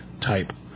type